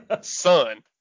son